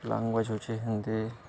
language ହେଉଛିି ହିନ୍ଦୀ